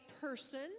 person